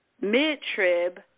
Mid-trib